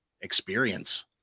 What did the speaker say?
Experience